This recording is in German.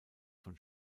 von